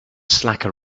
slacker